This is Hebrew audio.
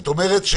זאת אומרת,